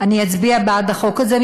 אני אצביע בעד החוק הזה,